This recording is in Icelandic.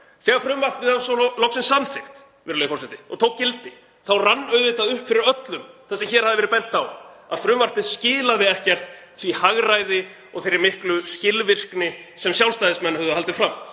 Þegar frumvarpið var svo loks samþykkt og tók gildi þá rann auðvitað upp fyrir öllum, það sem hér hafði verið bent á, að frumvarpið skilaði ekki því hagræði og þeirri miklu skilvirkni sem Sjálfstæðismenn höfðu haldið fram.